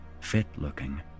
Fit-looking